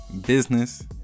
business